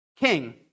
king